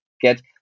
get